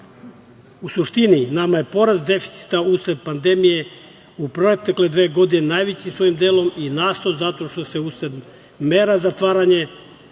suštini, nama je porast deficita usled pandemije u protekle dve godine najvećim svojim delom i nastao zato što se usled mera zatvaranja